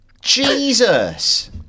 Jesus